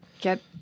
get